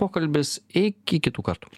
pokalbis iki kitų kartų